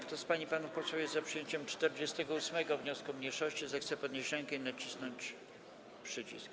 Kto z pań i panów posłów jest za przyjęciem 48. wniosku mniejszości, zechce podnieść rękę i nacisnąć przycisk.